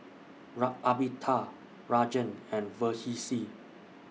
Amitabh Rajan and Verghese